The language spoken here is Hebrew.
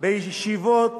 בישיבות